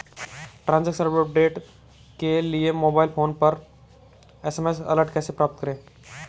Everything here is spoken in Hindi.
ट्रैन्ज़ैक्शन अपडेट के लिए मोबाइल फोन पर एस.एम.एस अलर्ट कैसे प्राप्त करें?